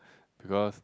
because